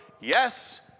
Yes